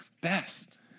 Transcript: best